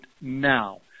now